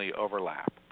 overlap